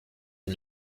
est